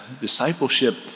discipleship